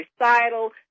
recital